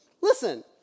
listen